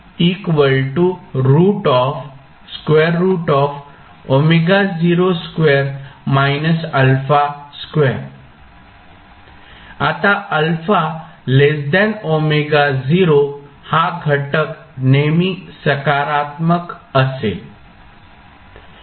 आता α ω0 हा घटक नेहमी सकारात्मक असेल